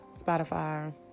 Spotify